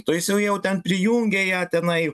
o jis jau prijungė ją tenai